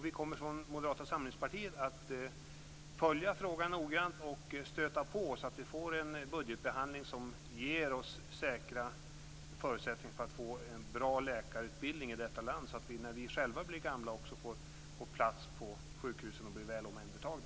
Vi kommer från Moderata samlingspartiet att följa frågan noggrant och stöta på så att vi får en budgetbehandling som ger oss säkra förutsättningar för att få en bra läkarutbildning i detta land, så att vi själva när vi blir gamla också får plats på sjukhusen och blir väl omhändertagna.